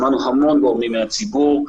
שמענו המון גורמים מן הציבור,